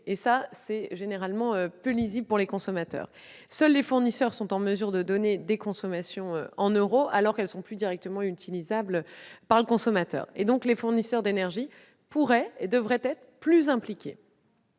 ce qui est généralement peu lisible pour les consommateurs. Seuls les fournisseurs sont en mesure de faire part de consommations en euros, alors que ces dernières sont plus directement utilisables par le consommateur. Les fournisseurs d'énergie devraient être plus impliqués.